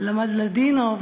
שלמד לדינו,